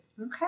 Okay